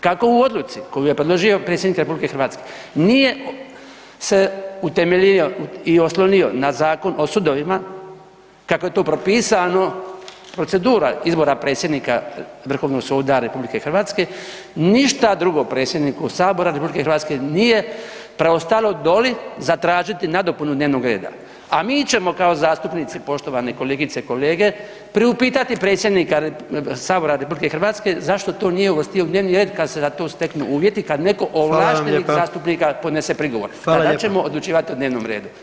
Kako u odluci koju je predložio predsjednik RH nije se utemeljio i oslonio na Zakon o sudovima kako je to propisano procedura izbora predsjednika Vrhovnog suda RH ništa drugo predsjedniku sabora RH nije preostalo doli zatražiti nadopunu dnevnog reda, a mi ćemo kao zastupnici poštovane kolegice i kolege priupitati predsjednika sabora RH zašto to nije uvrstio u dnevni red kad se za to steknu uvjeti kad neko od ovlaštenih zastupnika podnese prigovor tada ćemo odlučivat o dnevnom redu.